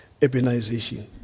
urbanization